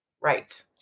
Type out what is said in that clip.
Right